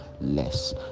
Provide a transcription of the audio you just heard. less